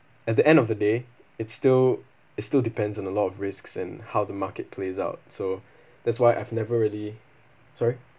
at the end of the day it's still it's still depends on a lot of risks and how the market plays out so that's why I've never really sorry